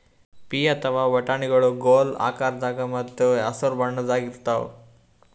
ಪೀ ಅಥವಾ ಬಟಾಣಿಗೊಳ್ ಗೋಲ್ ಆಕಾರದಾಗ ಮತ್ತ್ ಹಸರ್ ಬಣ್ಣದ್ ಇರ್ತಾವ